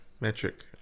metric